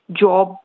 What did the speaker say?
job